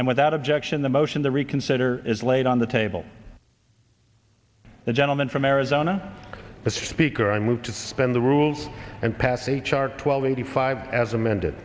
and without objection the motion to reconsider is laid on the table the gentleman from arizona the speaker i move to suspend the rules and pass h r twelve eighty five as amende